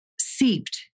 seeped